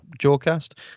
jawcast